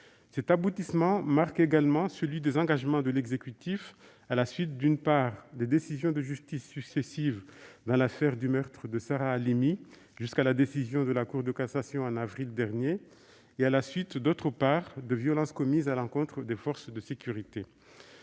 Cet aboutissement marque également celui des engagements de l'exécutif, après les décisions de justice successives rendues dans l'affaire du meurtre de Sarah Halimi, jusqu'à la décision de la Cour de cassation en avril dernier, et les violences commises à l'encontre des forces de sécurité.